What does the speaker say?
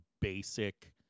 basic